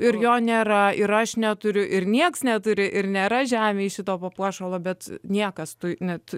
ir jo nėra ir aš neturiu ir niekas neturi ir nėra žemėje šito papuošalo bet niekas tų net